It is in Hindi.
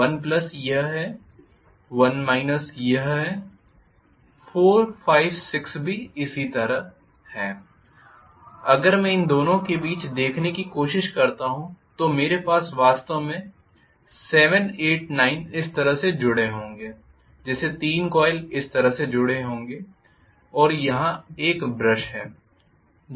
1 यह 1 यह है 4 5 6 भी इसी तरह है अगर मैं इन दोनों के बीच देखने की कोशिश करता हूं तो मेरे पास वास्तव में 7 8 9 इस तरह से जुड़े होंगे जैसे 3 कॉइल इस तरह जुड़े होंगे और यहाँ एक ब्रश है